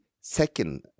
second